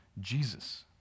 Jesus